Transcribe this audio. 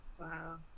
Wow